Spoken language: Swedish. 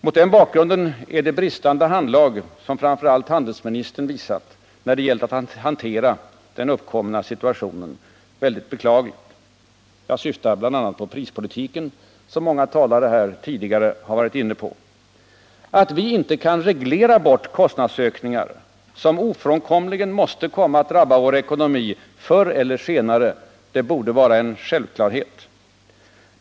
Mot den bakgrunden är det bristande handlag som framför allt handelsministern har visat när det har gällt att hantera den uppkomna situationen mycket beklagligt. : Jag syftar bl.a. på prispolitiken, som många talare tidigare varit inne på. Att vi inte kan reglera bort kostnadsökningar som ofrånkomligen måste komma att drabba vår ekonomi förr eller senare, borde vara en självklarhet.